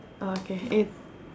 okay eh